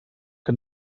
que